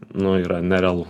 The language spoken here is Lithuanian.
nu yra nerealu